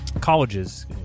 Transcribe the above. colleges